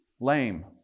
lame